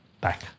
Back